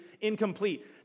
incomplete